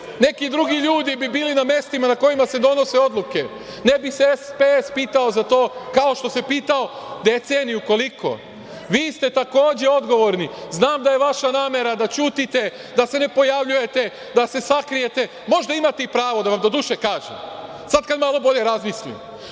neki drugi ljudi bi bili na mestima na kojima se donose odluke, ne bi se SPS pitao za to kao što se pitao deceniju, koliko. Vi ste takođe odgovorni. Znam da je vaša namera da ćutite, da se ne pojavljujete, da se sakrijete. Možda imate i pravo, da vam doduše kažem, sada kada bolje razmislim